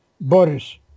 Boris